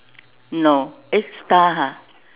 no eh star ha